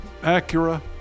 Acura